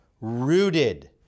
rooted